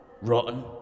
Rotten